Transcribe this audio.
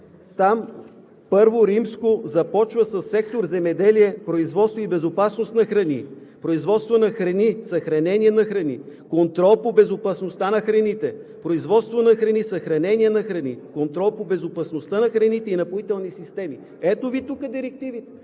там първо римско започва със сектор „Земеделие, производство и безопасност на храни“ – производство на храни, съхранение на храни, контрол по безопасността на храните, производство на храни, съхранение на храни, контрол по безопасността на храните и напоителни системи. Ето Ви тук директиви.